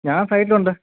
ഞാൻ സൈറ്റിൽ ഉണ്ട്